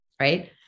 right